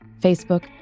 Facebook